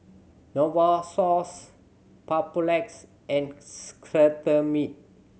Novosource Papulex and Cetrimide